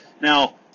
now